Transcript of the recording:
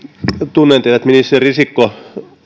tunnen teidät ministeri risikko